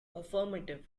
affirmative